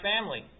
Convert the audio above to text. family